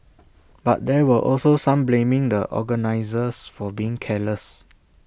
but there were also some blaming the organisers for being careless